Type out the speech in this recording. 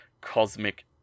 cosmic